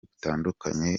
butandukanye